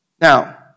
Now